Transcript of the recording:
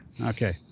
Okay